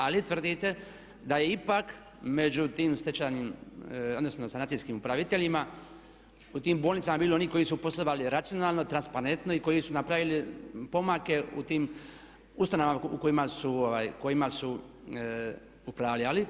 Ali tvrdite da je ipak među tim sanacijskim upraviteljima u tim bolnicama bilo onih koji su poslovali racionalno, transparentno i koji su napravili pomake u tim ustanovama u kojima su upravljali.